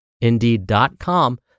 indeed.com